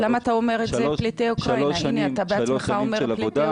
למה אתה אומר שהם לא פליטי אוקראינה?